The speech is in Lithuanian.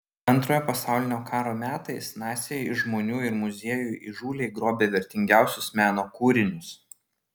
antrojo pasaulio karo metais naciai iš žmonių ir muziejų įžūliai grobė vertingiausius meno kūrinius